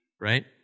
Right